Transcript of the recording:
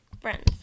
friends